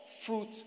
fruit